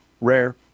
rare